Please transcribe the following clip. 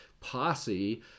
posse